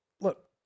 Look